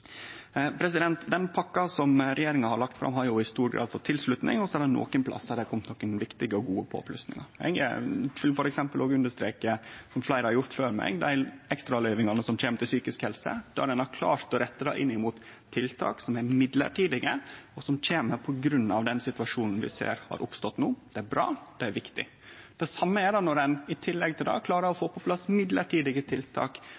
Den pakka som regjeringa har lagt fram, har jo i stor grad fått tilslutning, og så er det nokre plassar det er kome nokre viktige og gode påplussingar. Eg vil f.eks. understreke, som fleire har gjort før meg, dei ekstraløyvingane som kjem til psykisk helse, der ein har klart å rette det inn mot tiltak som er mellombelse, og som kjem på grunn av den situasjonen vi ser har oppstått no. Det er bra, det er viktig. Det same er det når ein, i tillegg til det, klarar å få på plass mellombelse tiltak